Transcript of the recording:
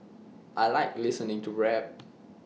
I Like listening to rap